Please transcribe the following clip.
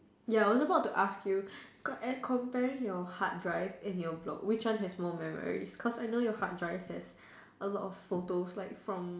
ya I was about to ask you com~ eh comparing your hard drive and your block which one has more memory because I know your hard drive has a lot of photos like from